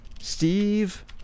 Steve